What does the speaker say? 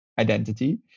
identity